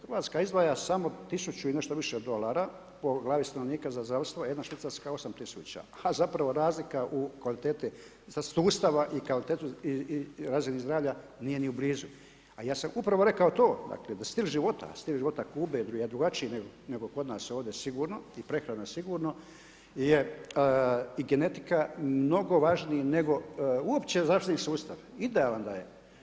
Hrvatska izdvaja samo 1.000 i nešto više dolara po glavi stanovnika za zdravstvo a jedna Švicarska 8.000, a zapravo razlika u kvaliteti sustava i kvaliteti razini zdravlja nije ni blizu, a ja sam upravo rekao to dakle da stil života, stil života Kube je drugačiji nego kod nas ovdje sigurno i prehrana sigurno jer i genetika mnogo važniji nego uopće zdravstveni sustav idealan da je.